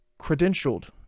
credentialed